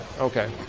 Okay